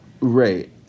right